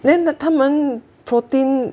then the 他们 protein